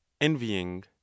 envying